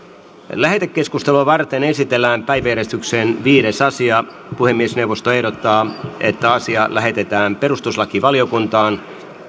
lähetekeskustelua varten esitellään päiväjärjestyksen viides asia puhemiesneuvosto ehdottaa että asia lähetetään perustuslakivaliokuntaan